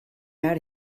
out